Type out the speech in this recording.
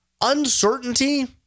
Uncertainty